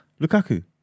Lukaku